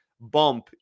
bump